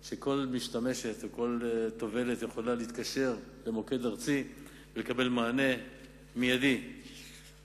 כך שכל משתמשת וכל טובלת יכולה להתקשר למוקד ארצי ולקבל מענה מיידי על